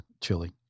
Chili